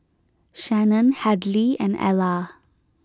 Shannon Hadley and Ella